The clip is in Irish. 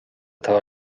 atá